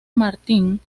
martín